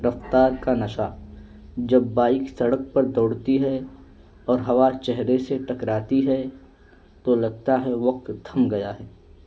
رفتار کا نشہ جب بائک سڑک پر دوڑتی ہے اور ہوا چہرے سے ٹکراتی ہے تو لگتا ہے وقت تھھم گیا ہے